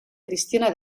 cristina